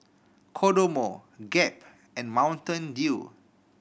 Kodomo Gap and Mountain Dew